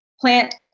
plant